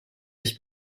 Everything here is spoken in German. sich